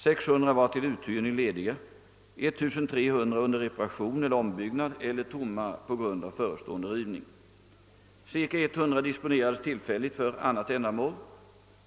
600 var till uthyrning lediga, 1300 under reparation eller ombyggnad eller tomma på grund av förestående rivning. Cirka 100 disponerades tillfälligt för annat ändamål.